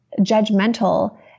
judgmental